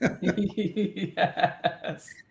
Yes